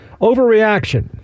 Overreaction